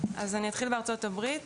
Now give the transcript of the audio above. אני אתחיל בארצות הברית.